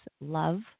love